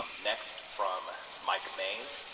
um next from mike may.